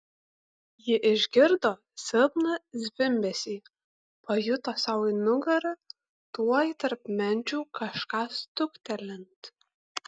ji išgirdo silpną zvimbesį pajuto sau į nugarą tuoj tarp menčių kažką stuktelint